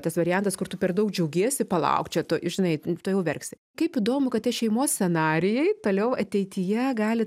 tas variantas kur tu per daug džiaugiesi palauk čia tu žinai tuojau verksi kaip įdomu kad tie šeimos scenarijai toliau ateityje gali